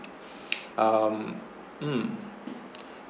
um mm